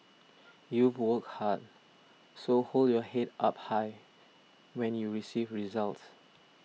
you've work hard so hold your head up high when you receive your results